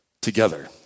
together